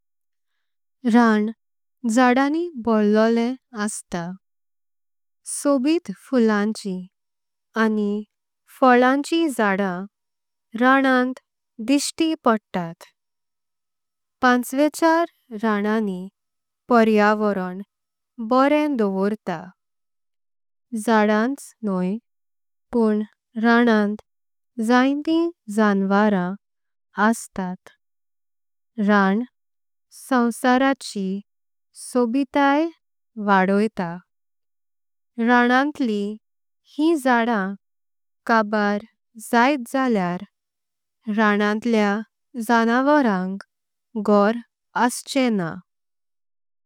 ऱान झाडानी भोर्लोलेम असतां सोबीत फुलांछिं। आनी फोळांची झाडां राणांत दीश्टी पओडतां। पांचवेच्यार राणांनी पर्वावोरोण बोरेम दवोर्टा। झाडांच न्हय पुण्ण राणांत जांयीं जानवारां। असतात ऱान सॉव्साराची सोबीताय व्हड्डोईता। राणांतली ही झाडाम कबाऱ जायीत जाल्यार। राणांतळेआ जानावरांक घोर आच्छेनां।